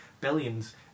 billions